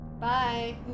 Bye